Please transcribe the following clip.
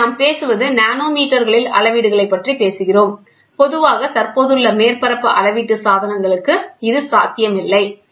எனவே இங்கே நாம் பேசுவது நானோமீட்டர்களில் அளவீடுகளைப் பற்றி பேசுகிறோம் பொதுவாக தற்போதுள்ள மேற்பரப்பு அளவீட்டு சாதனங்களுக்கு இது சாத்தியமில்லை